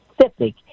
specific